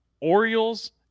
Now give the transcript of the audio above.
Orioles